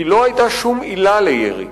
כי לא היתה שום עילה לירי.